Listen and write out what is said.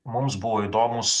mums buvo įdomūs